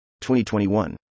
2021